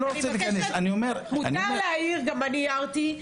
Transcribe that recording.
אורית, מותר להעיר, גם אני הערתי,